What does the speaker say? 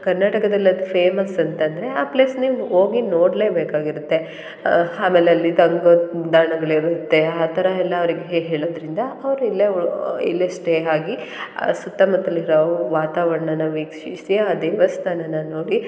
ಕರ್ನಾಟಕದಲ್ಲಿ ಅದು ಫೇಮಸ್ ಅಂತಂದರೆ ಆ ಪ್ಲೇಸ್ ನೀವು ಹೋಗಿ ನೋಡಲೇಬೇಕಾಗಿರುತ್ತೆ ಆಮೇಲೆ ಅಲ್ಲಿ ತಂಗುದಾಣಗಳು ಇರುತ್ತೆ ಆ ಥರ ಎಲ್ಲ ಅವ್ರಿಗೆ ಹೇಳೋದರಿಂದ ಅವ್ರು ಇಲ್ಲೇ ಉ ಇಲ್ಲೇ ಸ್ಟೇ ಆಗಿ ಆ ಸುತ್ತಮುತ್ತಲು ಇರೋ ವಾತಾವರಣನ ವೀಕ್ಷಿಸಿ ಆ ದೇವಸ್ಥಾನನ ನೋಡಿ